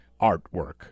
artwork